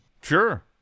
Sure